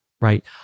right